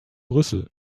brüssel